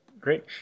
Great